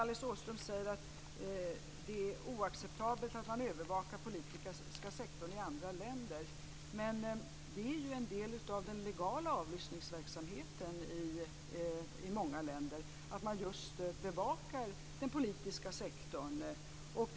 Alice Åström säger att det är oacceptabelt att man övervakar den politiska sektorn i andra länder. Men det är ju en del av den legala avlyssningsverksamheten i många länder att man just bevakar den politiska sektorn.